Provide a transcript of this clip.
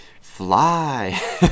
Fly